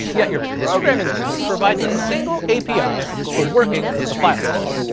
yet your programming language provides a single api for working with the file system.